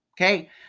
okay